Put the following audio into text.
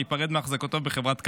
להיפרד מאחזקותיו בחברת כאל.